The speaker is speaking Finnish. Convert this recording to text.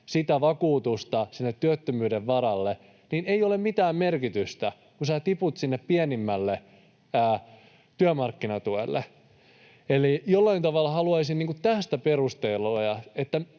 sitä vakuutusta työttömyyden varalle, tällä ei ole mitään merkitystä, kun sinä tiput sinne pienimmälle työmarkkinatuelle. Jollain tavalla haluaisin tästä perusteluja,